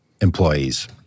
employees